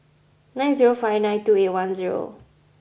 nine zero five nine two eight one zero